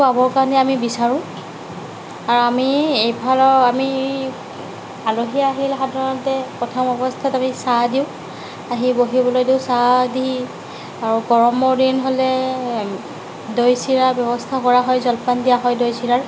খোৱাবৰ কাৰণে আমি বিচাৰোঁ আৰু আমি এইফালৰ আমি আলহী আহিলে সাধাৰণতে প্ৰথম অৱস্থাত আমি চাহ দিওঁ আহি বহিবলৈ দিওঁ চাহ দি আৰু গৰমৰ দিন হ'লে দৈ চিৰাৰ ব্যৱস্থাও কৰা হয় জলপান দিয়া হয় দৈ চিৰাৰ